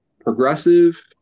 progressive